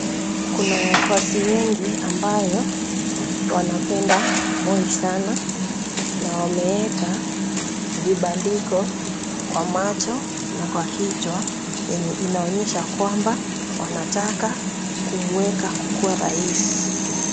Kuna wafuasi wengi ambayo wanapenda Moi sana na wameeka vibandiko kwa macho na kwa kichwa yenye inaonyesha kwamba wanataka kumweka kukuwa rais.